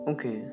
Okay